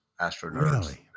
astronauts